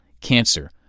cancer